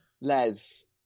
Les